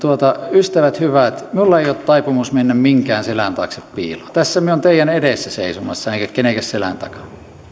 ystävät hyvät minulla ei ole taipumus mennä minkään selän taakse piiloon tässä minä olen teidän edessänne seisomassa enkä kenenkään selän takana